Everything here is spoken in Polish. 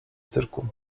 cyrku